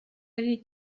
ari